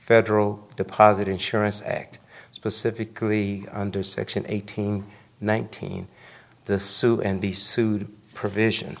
federal deposit insurance act specifically under section eighteen nineteen the sue and be sued provision